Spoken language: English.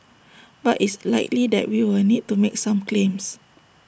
but is likely that we will need to make some claims